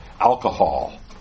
alcohol